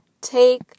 Take